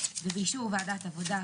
ובאישור ועדת העבודה,